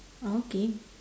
okay